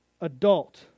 adult